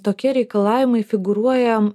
tokie reikalavimai figūruoja